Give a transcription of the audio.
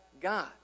God